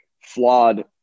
flawed